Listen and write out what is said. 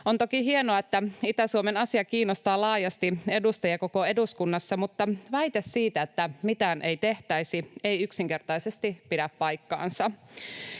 On toki hienoa, että Itä-Suomen asia kiinnostaa laajasti edustajia koko eduskunnassa, mutta väite siitä, että mitään ei tehtäisi, ei yksinkertaisesti pidä paikkaansa.